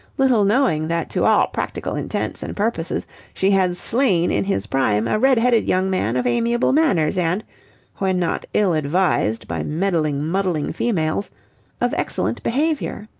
little knowing that to all practical intents and purposes she had slain in his prime a red-headed young man of amiable manners and when not ill-advised by meddling, muddling females of excellent behaviour.